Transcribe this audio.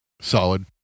solid